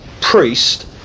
priest